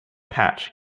patch